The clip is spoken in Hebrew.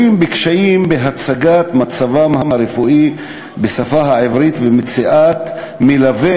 בקשיים בהצגת מצבם הרפואי בשפה העברית ובמציאת מלווה